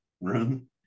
room